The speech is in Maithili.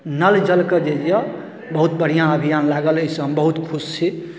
नल जलके जे यऽ बहुत बढ़िआँ अभियान लागल अइसँ हम बहुत खुश छी